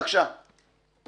אני